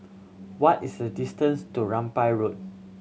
what is the distance to Rambai Road